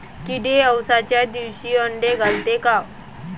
किडे अवसच्या दिवशी आंडे घालते का?